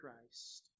Christ